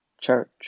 church